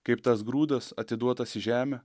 kaip tas grūdas atiduotas į žemę